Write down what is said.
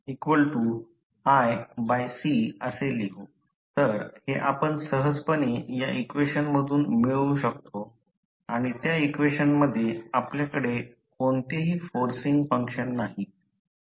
तर हे आपण सहजपणे या इक्वेशन मधून मिळवू शकतो आणि त्या इक्वेशन मध्ये आपल्याकडे कोणतेही फोर्सिन्ग फंक्शन नाही